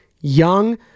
Young